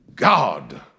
God